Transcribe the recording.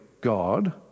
God